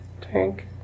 tank